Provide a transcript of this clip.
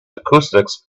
acoustics